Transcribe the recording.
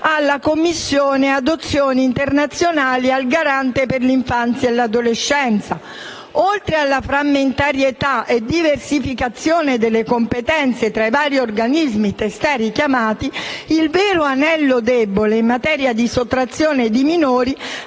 alla Commissione per le adozioni internazionali e al Garante per l'infanzia e l'adolescenza. Oltre alla frammentarietà e diversificazione delle competenze tra i vari organismi testé richiamati, il vero anello debole, in materia di sottrazione di minori,